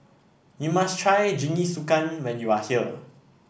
you must try Jingisukan when you are here